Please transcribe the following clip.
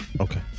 okay